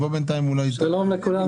עולים,